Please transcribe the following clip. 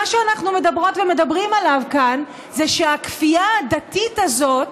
מה שאנחנו מדברות ומדברים עליו כאן זה שהכפייה הדתית הזאת